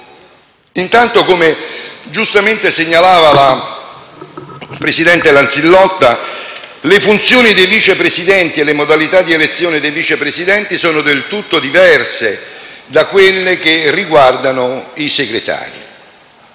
Intanto, come giustamente segnalava la presidente Lanzillotta, le funzioni dei Vice Presidenti e le modalità di elezione degli stessi sono del tutto diverse da quelle che riguardano i Segretari.